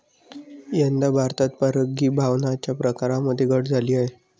यंदा भारतात परागीभवनाच्या प्रकारांमध्ये घट झाली आहे